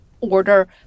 order